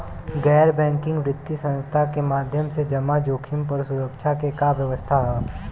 गैर बैंकिंग वित्तीय संस्था के माध्यम से जमा जोखिम पर सुरक्षा के का व्यवस्था ह?